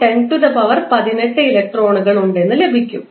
24 ∗ 1018 ഇലക്ട്രോണുകൾ ഉണ്ടെന്ന് ലഭിക്കും